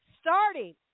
starting